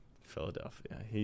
Philadelphia